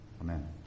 Amen